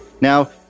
Now